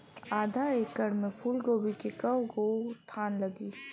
आधा एकड़ में फूलगोभी के कव गो थान लागी?